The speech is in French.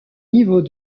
niveau